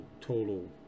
total